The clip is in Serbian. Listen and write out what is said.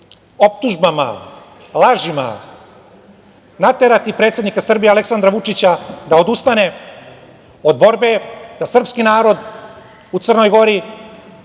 optužbama, lažima, naterati predsednika Srbije Aleksandra Vučića da odustane od borbe za srpski narod u Crnoj Gori,